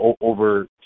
over